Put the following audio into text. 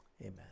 Amen